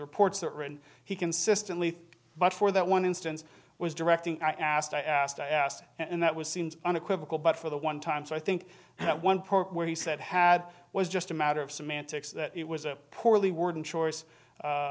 reports that he consistently but for that one instance was directing i asked i asked i asked and that was seems unequivocal but for the one time so i think at one point where he said had was just a matter of semantics that it was a poorly worded choice